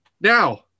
now